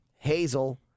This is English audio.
Hazel